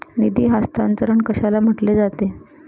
निधी हस्तांतरण कशाला म्हटले जाते?